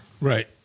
Right